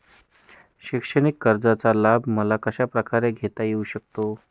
शैक्षणिक कर्जाचा लाभ मला कशाप्रकारे घेता येऊ शकतो?